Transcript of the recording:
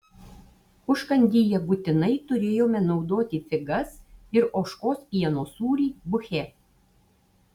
užkandyje būtinai turėjome naudoti figas ir ožkos pieno sūrį buche